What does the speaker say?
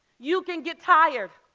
you can get tired,